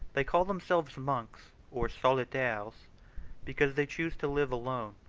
they call themselves monks, or solitaries, because they choose to live alone,